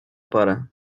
para